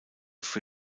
für